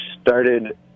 started